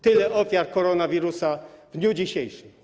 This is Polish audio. Tyle było ofiar koronawirusa w dniu dzisiejszym.